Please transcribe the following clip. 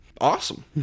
Awesome